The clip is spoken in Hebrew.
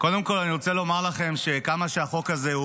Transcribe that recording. קודם כול אני רוצה לומר לכם שכמה שהחוק הזה,